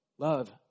Love